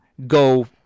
go